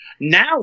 Now